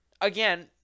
Again